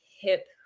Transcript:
hip